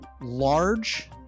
Large